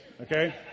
okay